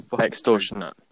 Extortionate